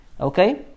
Okay